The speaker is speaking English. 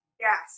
Yes